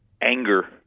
anger